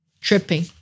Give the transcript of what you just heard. tripping